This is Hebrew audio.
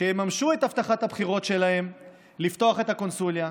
שיממשו את הבטחת הבחירות שלהם לפתוח את הקונסוליה,